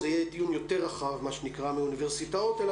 זה יהיה דיון יותר רחב מאוניברסיטאות אלא